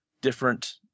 different